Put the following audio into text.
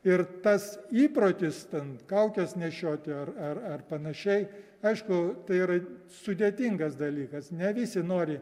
ir tas įprotis ten kaukes nešioti ar ar ar panašiai aišku tai yra sudėtingas dalykas ne visi nori